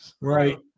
Right